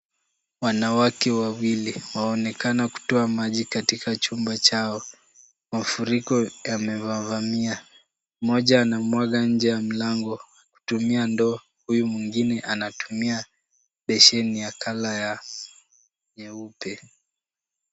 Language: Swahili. Wanawake wawili waonekana kutoa maji katika chumba chao. Mafuriko yamewavamia. Mmoja anamwaga nje ya mlango kutumia ndoo, huyu mwingine anatumia besheni ya colour yanyeupe.